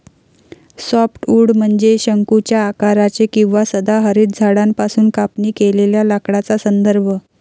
softwood म्हणजे शंकूच्या आकाराचे किंवा सदाहरित झाडांपासून कापणी केलेल्या लाकडाचा संदर्भ